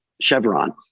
Chevron